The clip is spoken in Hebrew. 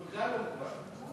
הוא בכלל לא מוגבל.